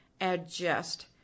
adjust